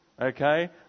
Okay